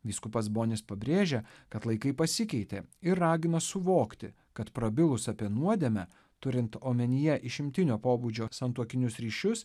vyskupas bonis pabrėžia kad laikai pasikeitė ir ragina suvokti kad prabilus apie nuodėmę turint omenyje išimtinio pobūdžio santuokinius ryšius